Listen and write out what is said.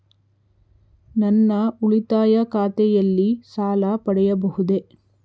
ನನ್ನ ಉಳಿತಾಯ ಖಾತೆಯಲ್ಲಿ ಸಾಲ ಪಡೆಯಬಹುದೇ?